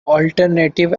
alternative